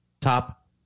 Top